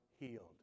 healed